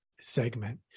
segment